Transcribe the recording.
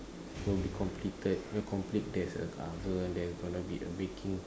will be completed you know complete there's a oven there's gonna be a baking